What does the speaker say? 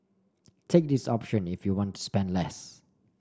take this option if you want to spend less